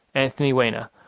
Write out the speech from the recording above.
anthony weiner,